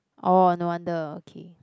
orh no wonder okay